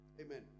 Amen